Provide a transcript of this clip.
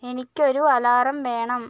എനിക്കൊരു അലാറം വേണം